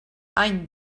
any